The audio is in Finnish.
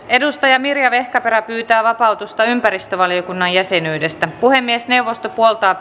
edustaja mirja vehkaperä pyytää vapautusta ympäristövaliokunnan jäsenyydestä puhemiesneuvosto puoltaa